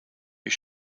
you